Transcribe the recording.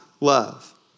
love